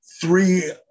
three